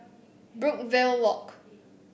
Brookvale Walk